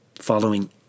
Following